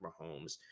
Mahomes